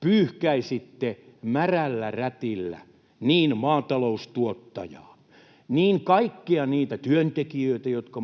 pyyhkäisitte märällä rätillä niin maataloustuottajaa kuin kaikkia niitä työntekijöitä, jotka